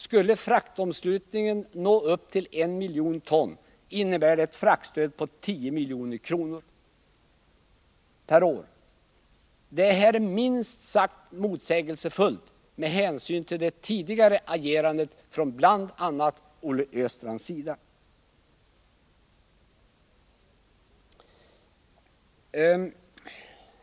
Skulle fraktomslutningen nå upp till en miljon ton innebär det ett fraktstöd på 10 milj.kr. per år. Detta är minst sagt motsägelsefullt, med hänsyn till bl.a. Olle Östrands tidigare agerande.